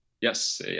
Yes